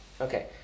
Okay